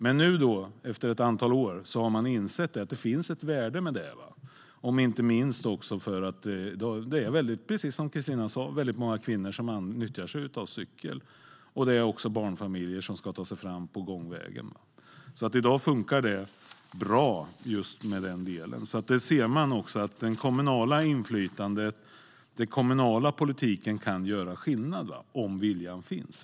Men nu, efter ett antal år, har man insett att det finns ett värde i det, inte minst för att det, precis som Christina sa, är väldigt många kvinnor som nyttjar cykel. Det är också barnfamiljer som ska ta sig fram på gångvägen. I dag funkar det bra just med den delen. Där ser man att det kommunala inflytandet och den kommunala politiken kan göra skillnad om viljan finns.